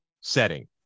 setting